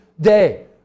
day